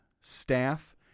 staff